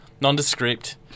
nondescript